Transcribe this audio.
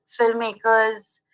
filmmakers